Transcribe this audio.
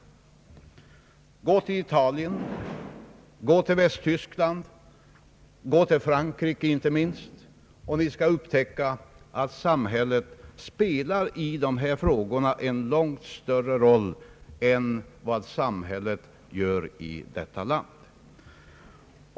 Se på Italien, Västtyskland och Frankrike inte minst, och ni skall upptäcka att samhället i dessa frågor där spelar en långt större roll än vad det gör i vårt land.